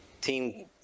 Team